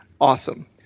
Awesome